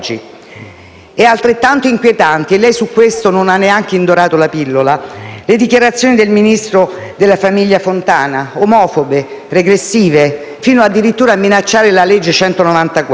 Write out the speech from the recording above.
Altrettanto inquietanti - e lei su questo neanche ha indorato la pillola - sono le dichiarazioni del ministro della famiglia Fontana: omofobe, regressive, fino addirittura a minacciare la legge n.